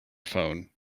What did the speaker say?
phone